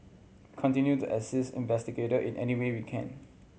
continue to assist investigator in any way we can